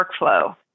workflow